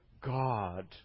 God